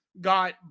got